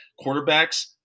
quarterbacks